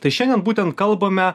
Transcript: tai šiandien būtent kalbame